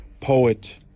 poet